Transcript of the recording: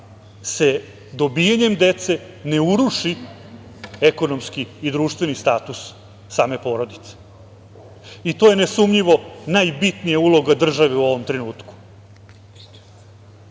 se dobijanjem dece ne uruši ekonomski i društveni status same porodice. To je ne sumnjivo najbitnija uloga države u ovom trenutku. Upravo